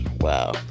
Wow